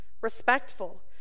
respectful